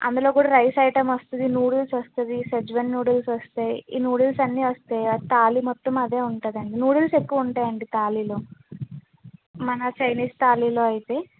అందులో కూడా rice item వస్తుంది నూడిల్స్ వస్తుంది సెజ్వాన్ నుడీల్స్ వస్తాయి ఈ నూడిల్స్ అని వస్తాయి తాళి మొత్తం అదే ఉంటుందండి నూడిల్స్ ఎక్కువ ఉంటాయండి తాళిలో మన చైనీస్ తాళిలో అయితే